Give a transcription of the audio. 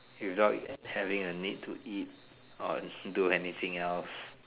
without having a need to eat or do anything else